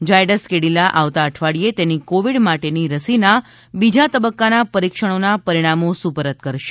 ઝાયડસ કેડીલા આવતા અઠવા઼ડિયે તેની કોવિડ માટેની રસીના બીજા તબક્કાના પરિક્ષણોના પરિણામો સુપરત કરશે